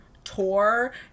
tour